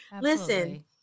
Listen